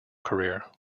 career